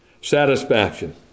satisfaction